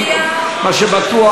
מה שבטוח,